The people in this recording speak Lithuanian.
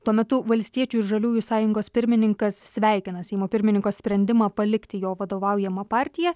tuo metu valstiečių ir žaliųjų sąjungos pirmininkas sveikina seimo pirmininko sprendimą palikti jo vadovaujamą partiją